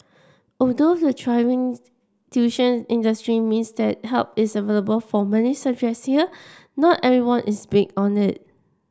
although the thriving tuition industry means that help is available for many subjects here not everyone is being on it